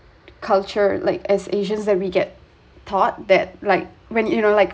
culture like as asians and we get taught that like when you know like